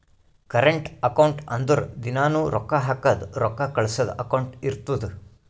current account ಅಂದುರ್ ದಿನಾನೂ ರೊಕ್ಕಾ ಹಾಕದು ರೊಕ್ಕಾ ಕಳ್ಸದು ಅಕೌಂಟ್ ಇರ್ತುದ್